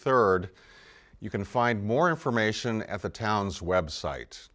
third you can find more information at the town's website